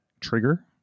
trigger